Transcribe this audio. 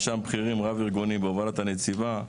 מש"מ בכירים רב ארגוני בהובלת הנציבה,